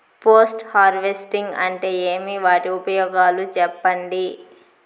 Post harvesting అంటే ఏమి? వాటి ఉపయోగాలు చెప్పండి?